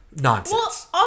Nonsense